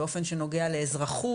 באופן שנוגע לאזרחות,